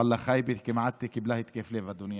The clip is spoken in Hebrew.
ואללה, חייבי כמעט קיבלה התקף לב, אדוני